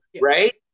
right